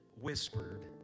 whispered